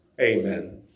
Amen